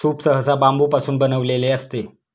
soup सहसा बांबूपासून बनविलेले असते